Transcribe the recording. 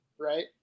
right